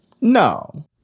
No